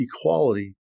equality